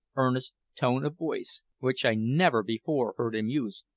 earnest tone of voice, which i never before heard him use,